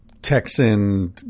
Texan